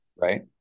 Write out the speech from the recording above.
right